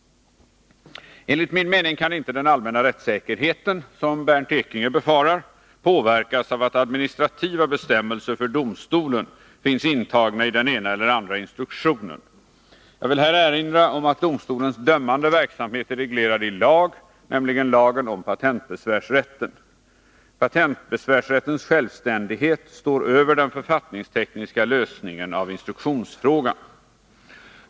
Enligt min mening kan inte den allmänna rättssäkerheten, som Bernt Ekinge befarar, påverkas av att administrativa bestämmelser för domstolen finns intagna i den ena eller andra instruktionen. Jag vill här erinra om att domstolens dömande verksamhet är reglerad i lag, nämligen lagen om. patentbesvärsrätten. Patentbesvärsrättens självständighet står över den författningstekniska lösningen av instruktionsfrågan.